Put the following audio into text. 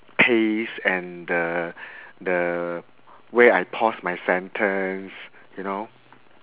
pace and the the where I pause my sentence you know